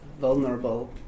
vulnerable